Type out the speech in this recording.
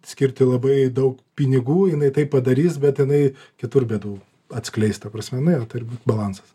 skirti labai daug pinigų jinai tai padarys bet inai kitur bėdų atskleis ta prasme nu jo turi būt balansas